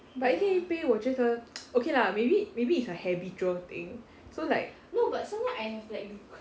but 一天一杯我觉得 okay lah maybe maybe it's a habitual thing so like